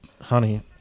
honey